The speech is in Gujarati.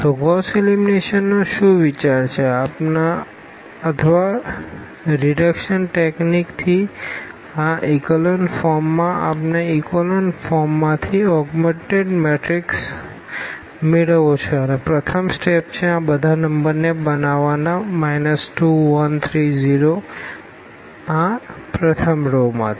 તો ગોસ એલિમિનેશન નો શુ વિચાર છે અથવા રીડકશન ટેકનીક થી આ ઇકોલન ફોર્મ માં આપણે ઇકોલન ફોર્મ માં થી ઓગ્મેનટેડ મેટ્રિક્સ મેળવવો છે અને પ્રથમ સ્ટેપ છે આ બધા નંબર ને બનાવવાના 2 1 3 0 આ પ્રથમ રો માંથી